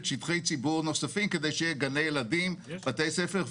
של שטחי הציבור הנוספים כדי שיהיו גני ילדים ובתי ספר.